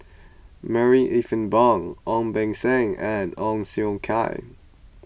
Marie Ethel Bong Ong Beng Seng and Ong Siong Kai